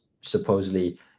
supposedly